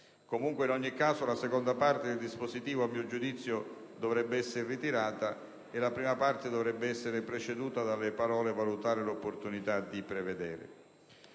ogni caso, ripeto, la seconda parte del dispositivo, a mio giudizio, dovrebbe essere ritirata e la prima parte dovrebbe essere preceduta dalle parole: «a valutare l'opportunità di prevedere».